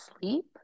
sleep